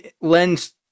lends